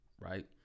right